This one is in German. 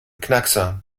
knackser